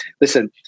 listen